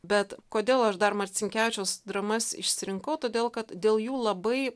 bet kodėl aš dar marcinkevičiaus dramas išsirinkau todėl kad dėl jų labai